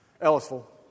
Ellisville